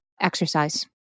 Exercise